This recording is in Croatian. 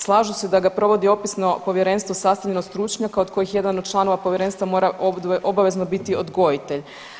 Slažu se da ga provodi opisno povjerenstvo sastavljeno od stručnjaka od kojih jedan od članova povjerenstva mora obavezno biti odgojitelj.